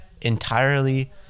entirely